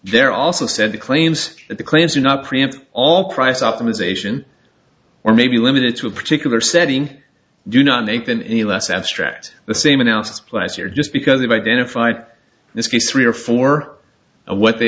they're also said claims that the claims are not preempt all price optimization or may be limited to a particular setting do not make them any less abstract the same announced last year just because they've identified this piece three or four and what they